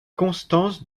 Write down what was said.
constance